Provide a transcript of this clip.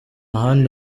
handi